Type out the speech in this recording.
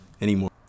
anymore